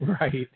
Right